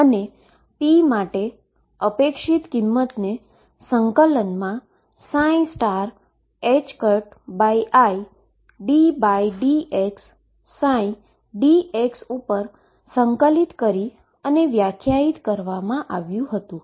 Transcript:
અને p માટે expectation વેલ્યુને ∫iddxψdx ઉપર ઈન્ટીગ્રેશન કરી અને વ્યાખ્યાયિત કરવામાં આવ્યું હતું